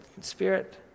Spirit